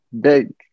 big